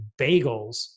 bagels